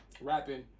rapping